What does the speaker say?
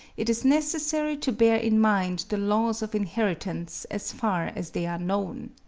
it is necessary to bear in mind the laws of inheritance, as far as they are known.